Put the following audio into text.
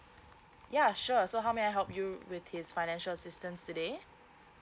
yeah sure so how may I help you with his financial assistance today